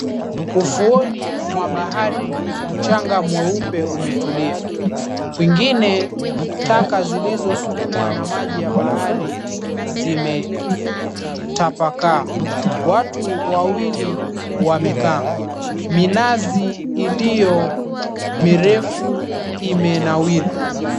Ufuoni mwa bahari mchanga mweupe umetulia. Kwingine taka zilizosukumwa na maji ya bahari zimetapakaa. Watu wawili wamekaa. Minazi iliyo mirefu imenawiri.